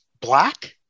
black